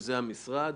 שזה המשרד,